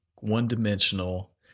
one-dimensional